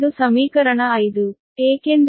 ಇದು ಸಮೀಕರಣ 5